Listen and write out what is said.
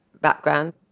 background